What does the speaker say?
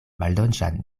maldolĉan